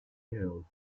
hills